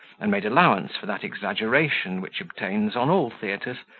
and made allowance for that which obtains on all theatres,